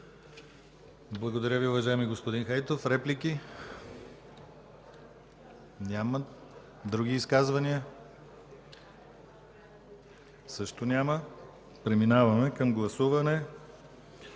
Благодаря Ви, уважаеми господин Хайтов. Реплики? Няма. Други изказвания? Също няма. Преминаваме към гласуване